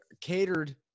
catered